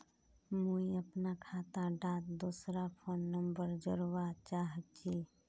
मुई अपना खाता डात दूसरा फोन नंबर जोड़वा चाहची?